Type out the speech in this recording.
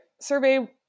survey